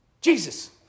Jesus